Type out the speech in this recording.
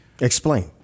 Explain